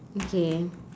okay